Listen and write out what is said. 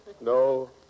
No